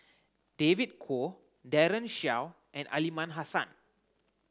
David Kwo Daren Shiau and Aliman Hassan